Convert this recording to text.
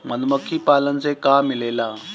मधुमखी पालन से का मिलेला?